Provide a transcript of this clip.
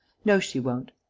no, she won't.